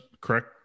correct